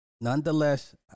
nonetheless